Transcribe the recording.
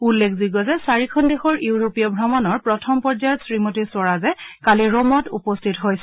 উল্লেখযোগ্য যে চাৰিখন দেশৰ ইউৰোপীয় ভ্ৰমণৰ প্ৰথম পৰ্যায়ত শ্ৰীমতী স্বৰাজে কালি ৰোমত উপস্থিত হয়